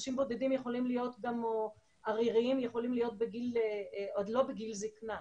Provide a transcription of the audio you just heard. אנשים בודדים עריריים יכולים להיות גם לא בגיל זקנה,